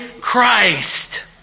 Christ